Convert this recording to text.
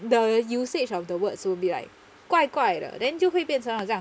the usage of the words will be like 怪怪的 then 就会变成好像